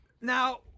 now